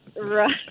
Right